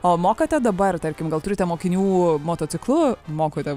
o mokote dabar tarkim gal turite mokinių motociklu mokote